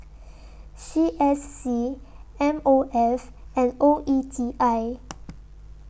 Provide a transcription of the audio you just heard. C S C M O F and O E T I